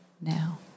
now